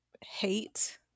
hate